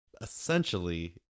essentially